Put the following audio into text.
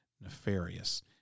nefarious